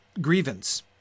grievance